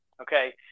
okay